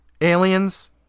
Aliens